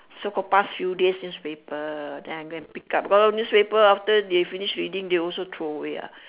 so called past few days newspaper then I go and pickup because newspaper after they finish reading they also throw away what